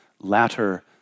latter